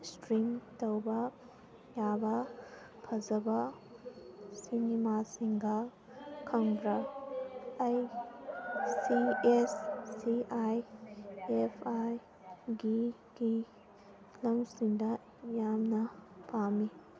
stream ꯇꯧꯕ ꯌꯥꯕ ꯐꯖꯕ ꯁꯤꯅꯤꯃꯥꯁꯤꯡꯒ ꯈꯪꯕ꯭ꯔ ꯑꯩ ꯁꯤ S C I F I ꯒꯤ ꯀꯤ ꯐꯤꯂꯝꯁꯤꯟꯕ ꯌꯥꯝꯅ ꯄꯥꯝꯃꯤ